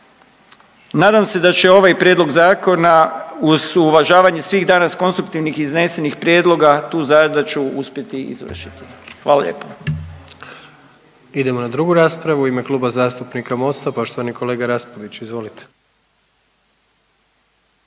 Nadam se da će ovaj prijedlog zakona uz uvažavanje svih danas konstruktivnih iznesenih prijedloga tu zadaću uspjeti izvršiti. Hvala lijepo. **Jandroković, Gordan (HDZ)** Idemo na drugu raspravu u ime Kluba zastupnika MOST-a poštovani kolega Raspudić, izvolite.